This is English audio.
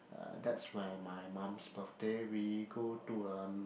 uh that's when my mum's birthday we go to um